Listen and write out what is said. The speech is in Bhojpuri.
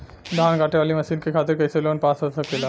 धान कांटेवाली मशीन के खातीर कैसे लोन पास हो सकेला?